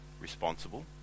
responsible